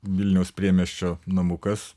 vilniaus priemiesčio namukas